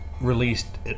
released